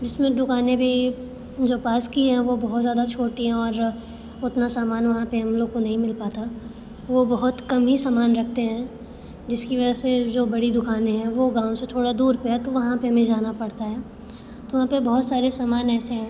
जिसमें दुकानें भी जो पास की हैं वो बहुत ज़्यादा छोटी हैं और उतना सामान वहाँ पर हम लोग को नहीं मिल पाता वो बहुत कम ही सामान रखते हैं जिसकी वजह से जो बड़ी दुकानें हैं वो गाँव से थोड़ा दूर पर है तो वहाँ पर हमें जाना पड़ता है तो वहाँ पर बहुत सारे सामान ऐसे हैं